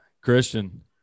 Christian